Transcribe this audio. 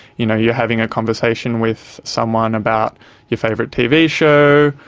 you know, you are having a conversation with someone about your favourite tv show,